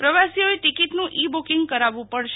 પ્રવાસીઓએ ટિકીટનું e booking કરાવવું પડશે